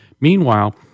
Meanwhile